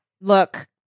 look